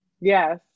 Yes